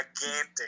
Gigantic